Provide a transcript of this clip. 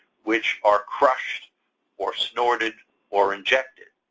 which are crushed or snorted or injected.